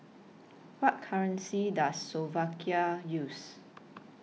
What currency Does Slovakia use